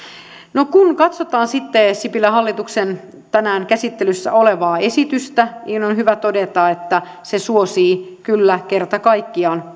kun katsotaan sitten sipilän hallituksen tänään käsittelyssä olevaa esitystä niin on hyvä todeta että se suosii kyllä kerta kaikkiaan